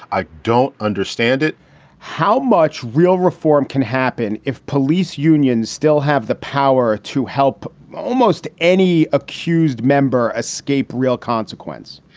i don't understand it how much real reform can happen if police unions still have the power to help almost any accused member escape? real consequence?